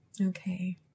okay